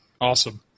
Awesome